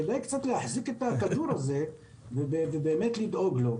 כדאי להחזיק את הכדור הזה ולדאוג לו.